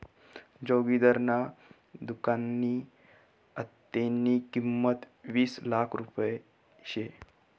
जोगिंदरना दुकाननी आत्तेनी किंमत वीस लाख रुपया शे